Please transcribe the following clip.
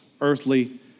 earthly